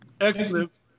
excellent